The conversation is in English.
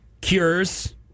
Cure's